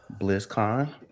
blizzcon